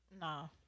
No